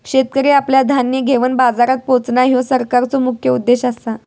शेतकरी आपला धान्य घेवन बाजारात पोचणां, ह्यो सरकारचो मुख्य उद्देश आसा